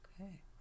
Okay